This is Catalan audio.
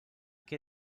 què